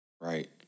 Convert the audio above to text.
Right